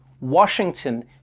Washington